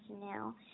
now